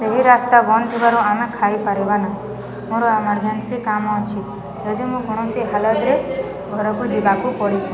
ସେହି ରାସ୍ତା ବନ୍ଦ ଥିବାରୁ ଆମେ ଖାଇପାରିବା ନାହିଁ ମୋର ଏମର୍ଜେନ୍ସି କାମ ଅଛି ଯଦି ମୁଁ କୌଣସି ହାଲତ୍ରେ ଘରକୁ ଯିବାକୁ ପଡ଼ିବ